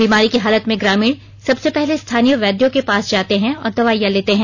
बीमारी की हालत में ग्रामीण सबसे पहले स्थानीय वैद्यों के पास जाते हैं और दवाईयां लेते हैं